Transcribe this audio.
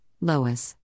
Lois